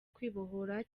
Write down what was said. kwibohora